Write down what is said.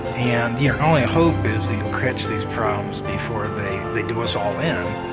and your only hope is that you catch these problems before they they do us all in.